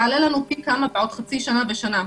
זה יעלה לנו פי כמה עוד שנה וחצי שנה.